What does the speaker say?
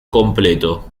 completo